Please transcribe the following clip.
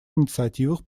инициативах